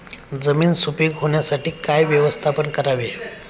जमीन सुपीक होण्यासाठी काय व्यवस्थापन करावे?